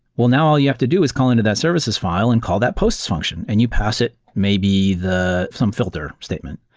well, now all you have to do is call into that services file and call that posts function and you pass it maybe some filter statement,